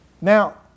Now